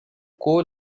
coal